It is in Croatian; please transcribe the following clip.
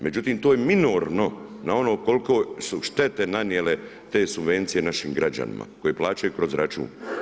Međutim, to je minorno na ono koliko su štete nanijele te subvencije našim građanima koje plaćaju kroz račun.